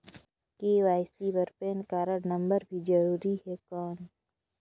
KYC बर PAN card number भी जरूरी हे कौन?